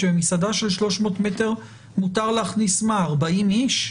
שמסעדה של 300 מטר מותר לה להכניס 40 איש?